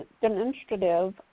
demonstrative